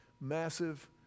massive